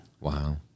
wow